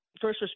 first